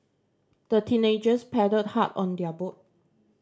the teenagers paddled hard on their boat